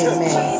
Amen